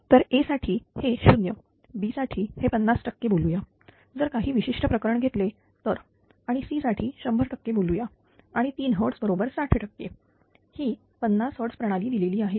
तर A साठी हे 0B साठी हे 50 टक्के बोलूया जर काही विशिष्ट प्रकरण घेतले तर आणि C साठी 100 टक्के बोलूया आणि 3Hz बरोबर 60 टक्के ही 50 Hz प्रणाली दिलेली आहे